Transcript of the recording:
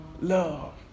love